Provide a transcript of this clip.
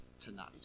tonight